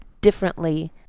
differently